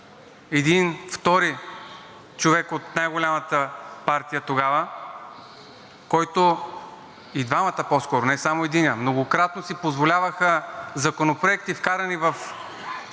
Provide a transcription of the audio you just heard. един втори човек от най-голямата партия тогава, и двамата по-скоро, не само единият, многократно си позволяваха законопроекти, внесени още